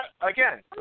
again